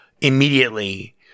immediately